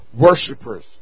worshippers